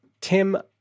Tim